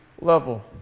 level